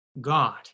God